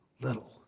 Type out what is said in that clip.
little